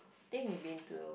think we've been to